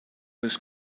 was